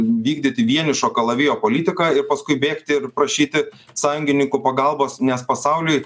vykdyti vienišo kalavijo politiką ir paskui bėgti ir prašyti sąjungininkų pagalbos nes pasauliui